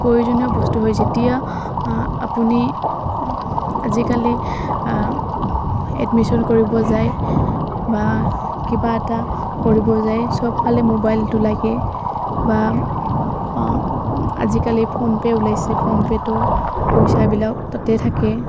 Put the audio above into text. প্ৰয়োজনীয় বস্তু হয় যেতিয়া আপুনি আজিকালি এডমিশ্যন কৰিব যায় বা কিবা এটা কৰিব যায় চবফালে মোবাইলটো লাগে বা আজিকালি ফোনপে' ওলাইছে ফোনপে'টো পইচাবিলাক তাতেই থাকে